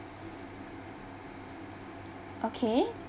okay